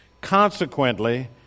Consequently